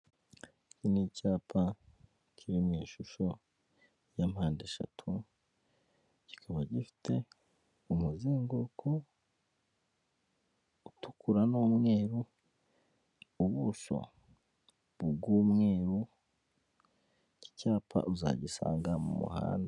Iki ni icyapa kiri mu ishusho ya mpande eshatu kikaba gifite umuzenguruko utukura n'umweru, ubuso bw'umweru iki cyapa uzagisanga mu muhanda.